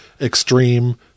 extreme